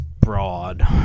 broad